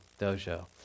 dojo